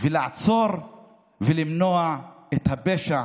ולעצור ולמנוע את הפשע